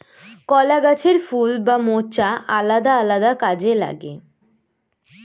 কলা গাছের ফুল বা মোচা আলাদা আলাদা কাজে লাগে